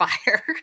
fire